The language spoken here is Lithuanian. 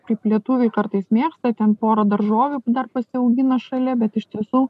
kaip lietuviai kartais mėgsta ten porą daržovių dar pasiaugina šalia bet iš tiesų